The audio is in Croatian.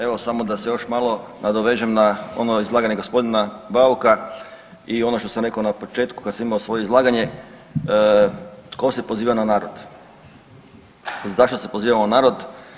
Evo samo da se još malo nadovežem na ono izlaganje g. Bauka i ono što sam rekao na početku kad sam imao svoje izlaganje tko se poziva na narod i zašto se pozivamo na narod.